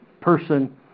person